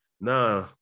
Nah